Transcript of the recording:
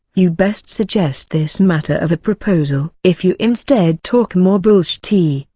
you best suggest this matter of a proposal. if you instead talk more bullsh t,